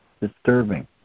disturbing